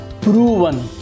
proven